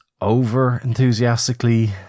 over-enthusiastically